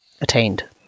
attained